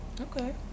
Okay